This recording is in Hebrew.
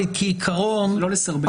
אבל כעיקרון -- לא לסרבל.